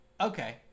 Okay